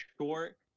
short